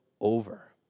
over